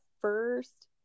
first